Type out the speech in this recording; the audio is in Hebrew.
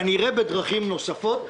כנראה בדרכים נוספות.